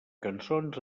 cançons